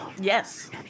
Yes